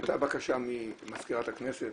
זו הייתה בקשה ממזכירת הכנסת